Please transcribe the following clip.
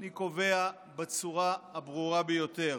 ואני קובע בצורה הברורה ביותר: